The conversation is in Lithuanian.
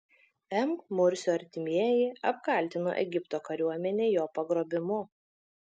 m mursio artimieji apkaltino egipto kariuomenę jo pagrobimu